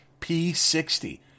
P60